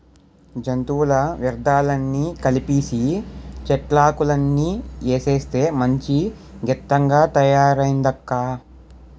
జంతువుల వ్యర్థాలన్నీ కలిపీసీ, చెట్లాకులన్నీ ఏసేస్తే మంచి గెత్తంగా తయారయిందక్కా